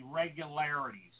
irregularities